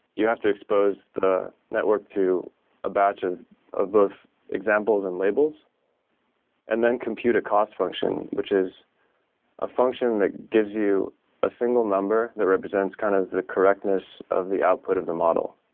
you have to expose the network to a batch of of both examples and labels and then compute a cost function, which is a function that gives you a single number that represents kind of the correctness of the output of the model.